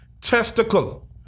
testicle